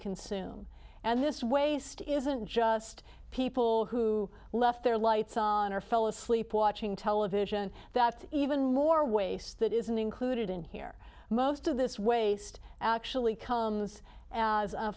consume and this waste isn't just people who left their lights on or fell asleep watching television that even more waste that isn't included in here most of this waste actually comes as a